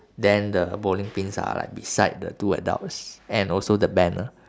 then the bowling pins are like beside the two adults and also the banner